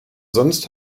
sonst